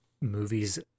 movies